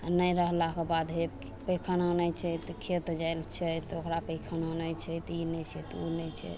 आओर नहि रहलाक बाद हे पैखाना नहि छै तऽ खेत जाइ लए छै तऽ ओकरा पैखाना नहि छै तऽ ई नहि छै तऽ उ नहि छै